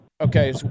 okay